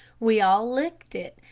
we all licked it,